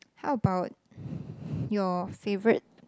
how about your favourite